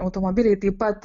automobiliai taip pat